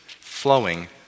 flowing